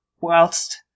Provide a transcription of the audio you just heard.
whilst